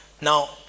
Now